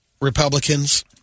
Republicans